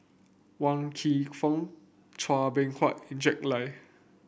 Wan Kam Fook Chua Beng Huat Jack Lai